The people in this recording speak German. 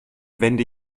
wende